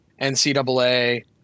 NCAA